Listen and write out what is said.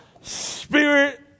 spirit